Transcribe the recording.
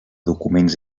documents